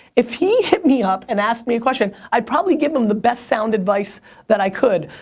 if he hit me up and asked me a question, i'd probably give him the best sound advice that i could.